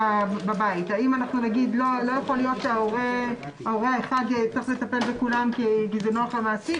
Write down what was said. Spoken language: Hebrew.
האם אנחנו נגיד שהורה אחד צריך לטפל בכולם כי זה נוח למעסיק,